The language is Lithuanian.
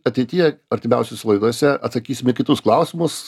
ateities ateityje artimiausiose laidose atsakysim į kitus klausimus